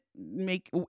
make